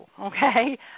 Okay